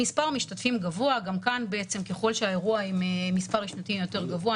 מספר משתתפים גבוה גם כאן ככל שהאירוע עם מספר משתתפים יותר גבוה,